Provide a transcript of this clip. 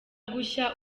gushya